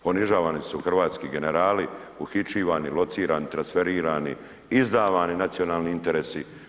Ponižavani su hrvatski generali, uhićivani, locirani, transferirani, izdavani nacionalni interesi.